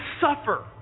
suffer